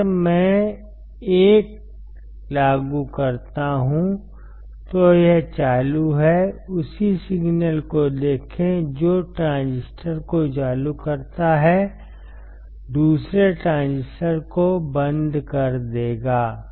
अगर मैं 1 लागू करता हूं तो यह चालू है उसी सिग्नल को देखें जो 1 ट्रांजिस्टर को चालू करता है दूसरे ट्रांजिस्टर को बंद कर देगा